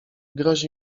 grozi